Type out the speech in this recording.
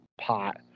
pot